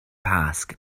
pasg